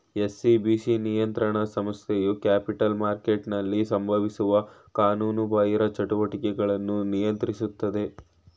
SCBC ನಿಯಂತ್ರಣ ಸಂಸ್ಥೆಯು capital ಮಾರ್ಕೆಟ್ನಲ್ಲಿ ಸಂಭವಿಸುವ ಕಾನೂನುಬಾಹಿರ ಚಟುವಟಿಕೆಗಳನ್ನು ನಿಯಂತ್ರಿಸುತ್ತದೆ